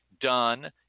done